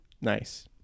Nice